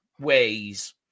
ways